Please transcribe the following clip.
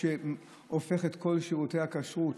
שהופך את כל שירותי הכשרות.